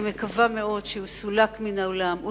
אני מקווה מאוד שהוא סולק מן העולם.